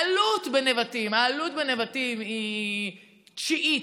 העלות בנבטים היא תשיעית,